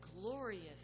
glorious